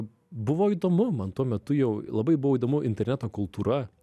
buvo įdomu man tuo metu jau labai buvo įdomu interneto kultūra